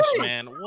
man